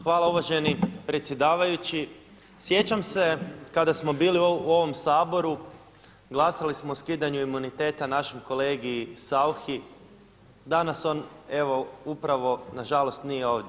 Hvala uvaženi predsjedavajući, sjećam se kada smo bili u ovom Saboru, glasali smo o skidanju imuniteta našem kolegi Sauchi, danas on evo upravo nažalost nije ovdje.